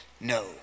no